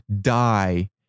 die